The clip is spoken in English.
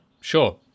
sure